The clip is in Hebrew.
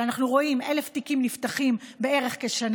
אנחנו רואים ש-1,000 תיקים בערך נפתחים בשנה,